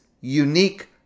unique